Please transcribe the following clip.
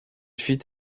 fit